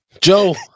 Joe